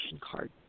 card